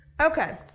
Okay